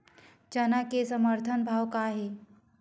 चना के समर्थन भाव का हे?